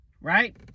right